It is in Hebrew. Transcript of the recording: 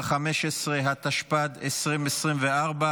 חבר הכנסת אביגדור ליברמן,